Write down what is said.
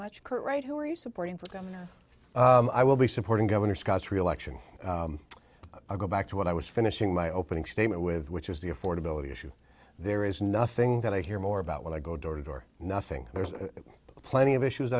much kurt wright who are you supporting for them and i will be supporting governor scott's reelection i'll go back to what i was finishing my opening statement with which is the affordability issue there is nothing that i hear more about when i go door to door nothing there's plenty of issues